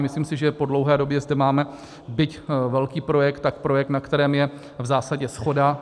Myslím si, že po dlouhé době zde máme, byť velký projekt, tak projekt, na kterém je v zásadě shoda.